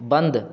बन्द